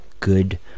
good